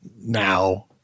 now